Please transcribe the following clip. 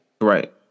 Right